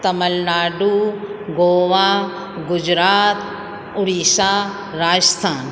Tamil Nadu Goa Gujarat Orissa Rajasthan